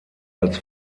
als